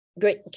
Great